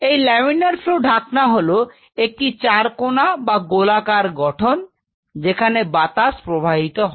এই laminar flow ঢাকনা হলো একটি চারকোনা বা গোলাকার গঠন যেখানে বাতাস প্রবাহিত হয়